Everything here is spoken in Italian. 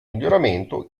miglioramento